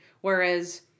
Whereas